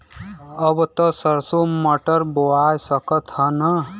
अब त सरसो मटर बोआय सकत ह न?